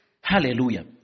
Hallelujah